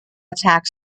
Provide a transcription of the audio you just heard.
attack